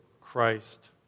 Christ